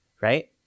right